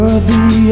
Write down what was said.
Worthy